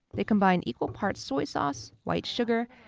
they combine equal parts soy sauce, white sugar,